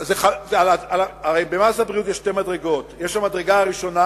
הרי במס הבריאות יש שתי מדרגות, יש המדרגה הראשונה